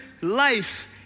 life